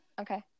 Okay